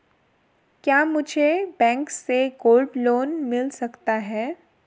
क्या मुझे बैंक से गोल्ड लोंन मिल सकता है?